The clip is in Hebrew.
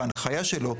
בהנחיה שלו,